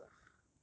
link solid [one]